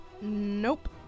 Nope